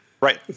Right